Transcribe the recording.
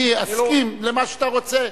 אני אסכים למה שאתה רוצה,